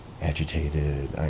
agitated